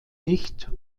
nicht